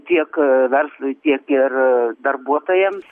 tiek verslui tiek ir darbuotojams